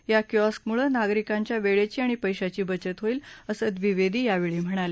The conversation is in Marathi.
या किओस्कमुळे नागरिकांच्या वेळेची आणि पैशाची बचत होईल असं द्विवेदी यावेळी म्हणाले